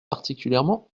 particulièrement